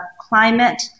climate